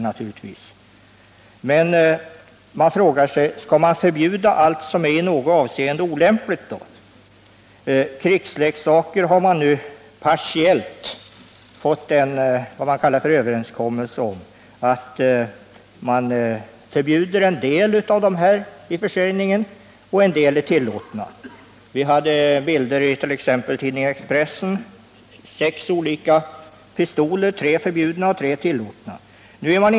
Jag vill då ställa frågan om allt som är i något avseende olämpligt också skall förbjudas. Man har nu beträffande krigsleksaker fått till stånd en överenskommelse, innebärande att försäljningen av en del av dessa förbjuds medan en del är tillåtna. I tidningen Expressen avbildades t.ex. sex olika pistoler, varav tre var förbjudna och tre tillåtna.